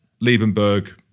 Liebenberg